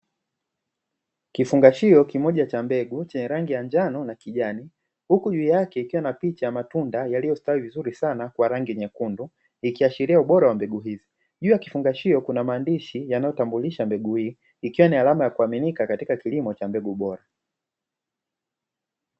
Kifungashio kimoja cha mbegu chenye rangi ya njano na kijani, huku juu yake ikiwa na picha ya matunda yaliyostawi vizuri sana kwa rangi nyekundu ikiashiria ubora wa mbegu hizi. Juu ya kifungashio kuna maandishi yanayotambulisha mbegu hii, ikiwa ni alama ya kuaminika katika kilimo cha mbegu bora.